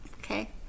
Okay